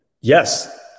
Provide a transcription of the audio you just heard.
yes